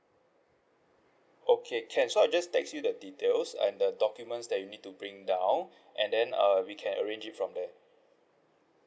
okay can so I'll just text you the details and the documents that you need to bring down and then uh we can arrange it from there